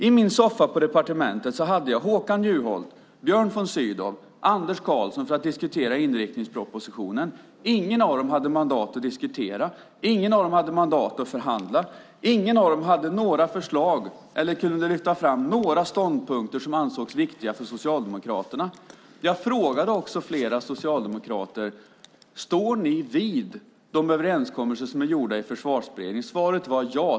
I min soffa på departementet hade jag Håkan Juholt, Björn von Sydow och Anders Karlsson för att diskutera inriktningspropositionen. Ingen av dem hade mandat att diskutera. Ingen av dem hade mandat att förhandla. Ingen av dem hade några förslag eller kunde lyfta fram några ståndpunkter som ansågs viktiga för Socialdemokraterna. Jag frågade också flera socialdemokrater om ni står fast vid de överenskommelser som är gjorda i Försvarsberedningen. Svaret var ja.